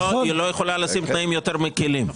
היא לא יכולה לשים תנאים יותר מקלים.